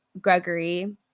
Gregory